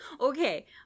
Okay